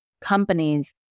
companies